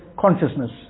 consciousness